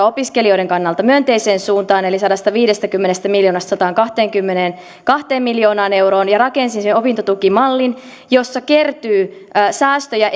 opiskelijoiden kannalta myönteiseen suuntaan eli sadastaviidestäkymmenestä miljoonasta sataankahteenkymmeneenkahteen miljoonaan euroon ja rakensimme opintotukimallin jossa kertyy säästöjä